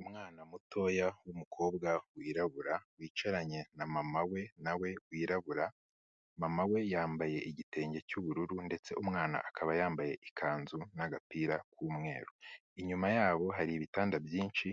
Umwana mutoya w'umukobwa wirabura wicaranye na mama we nawe wirabura, mama we yambaye igitenge cy'ubururu ndetse umwana akaba yambaye ikanzu n'agapira k'umweru. Inyuma yabo hari ibitanda byinshi